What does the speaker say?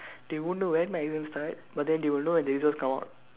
they won't know when my exam start but then they will know they just come out